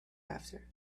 after